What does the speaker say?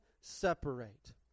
separate